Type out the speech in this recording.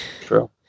True